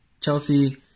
Chelsea